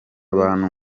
abantu